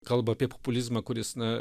kalba apie populizmą kuris na